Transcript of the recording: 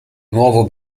nuovo